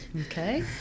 Okay